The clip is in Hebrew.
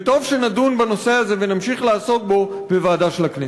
וטוב שנדון בנושא הזה ונמשיך לעסוק בו בוועדה של הכנסת.